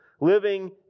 living